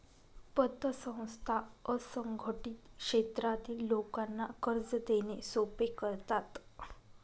पतसंस्था असंघटित क्षेत्रातील लोकांना कर्ज देणे सोपे करतात